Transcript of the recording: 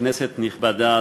כנסת נכבדה,